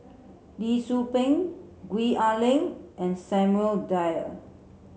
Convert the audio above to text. Lee Tzu Pheng Gwee Ah Leng and Samuel Dyer